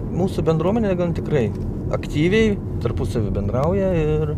mūsų bendruomenė tikrai aktyviai tarpusavy bendrauja ir